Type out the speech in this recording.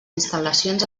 instal·lacions